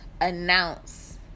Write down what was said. announce